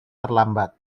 terlambat